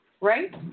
Right